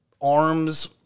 arms